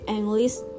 English